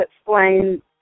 explain